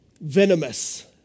venomous